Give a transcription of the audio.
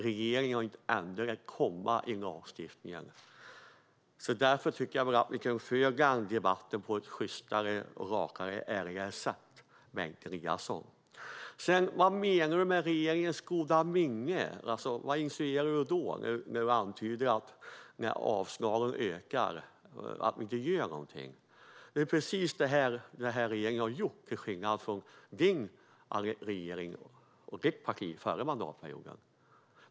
Regeringen har inte ändrat ett komma i lagstiftningen. Jag tycker att vi kan föra debatten på ett sjystare, rakare och ärligare sätt, Bengt Eliasson. Vad menar du med regeringens goda minne? Vad insinuerar du när du antyder att den inte gör någonting när avslagen ökar? Det är precis det som den här regeringen har gjort till skillnad från din regering och ditt parti förra mandatperioden.